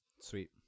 sweet